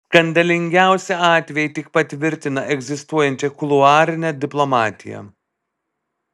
skandalingiausi atvejai tik patvirtina egzistuojančią kuluarinę diplomatiją